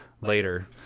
later